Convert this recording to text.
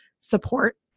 support